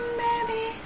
baby